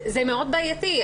זה מאוד בעייתי.